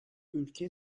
ülke